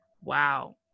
wow